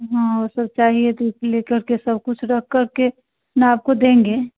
हाँ वो सब चाहिए तो इसी लेकर के सब कुछ रखकर के हम आपको देंगे